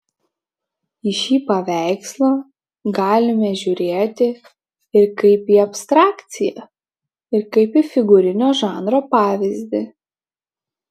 į šį paveikslą galime žiūrėti ir kaip į abstrakciją ir kaip į figūrinio žanro pavyzdį